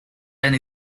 and